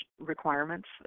requirements